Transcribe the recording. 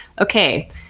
okay